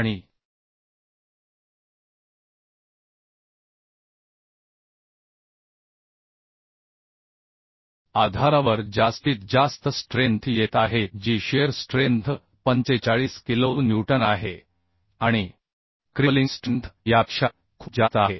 आणि आधारावर जास्तीत जास्त स्ट्रेंथ येत आहे जी शिअर स्ट्रेंथ 45 किलो न्यूटन आहे आणि क्रिपलिंग स्ट्रेंथ यापेक्षा खूप जास्त आहे